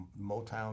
Motown